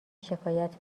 شکایت